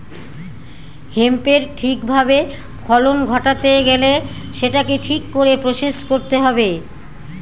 হেম্পের ঠিক ভাবে ফলন ঘটাতে গেলে সেটাকে ঠিক করে প্রসেস করতে হবে